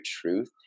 truth